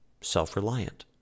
self-reliant